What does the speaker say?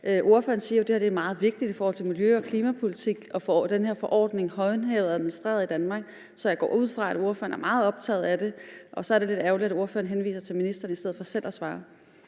Ordføreren siger, at det er meget vigtigt i forhold til miljø- og klimapolitik at få den her forordning håndhævet og administreret i Danmark, så jeg går ud fra, at ordføreren er meget optaget af det. Og så er det lidt ærgerligt, at ordføreren henviser til ministeren i stedet for selv at svare.